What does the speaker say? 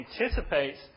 anticipates